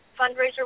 fundraiser